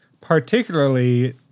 Particularly